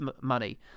money